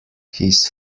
his